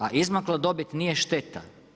A izmakla dobit nije šteta.